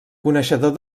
coneixedor